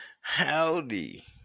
Howdy